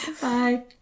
Bye